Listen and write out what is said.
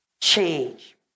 change